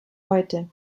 heute